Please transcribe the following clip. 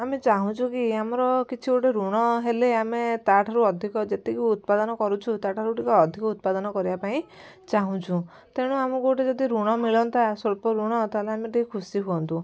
ଆମେ ଚାହୁଁଛୁ କି ଆମର କିଛି ଗୋଟେ ଋଣ ହେଲେ ଆମେ ତାଠାରୁ ଅଧିକ ଯେତିକି ଉତ୍ପାଦନ କରୁଛୁ ତାଠାରୁ ଟିକେ ଅଧିକ ଉତ୍ପାଦନ କରିବା ପାଇଁ ଚାହୁଁଛୁ ତେଣୁ ଆମକୁ ଯଦି ଗୋଟେ ଋଣ ମିଳନ୍ତା ସ୍ୱଳ୍ପ ଋଣ ତାହେଲେ ଆମେ ଟିକେ ଖୁସି ହୁଅନ୍ତୁ